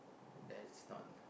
there's not